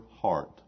heart